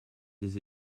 des